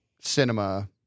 cinema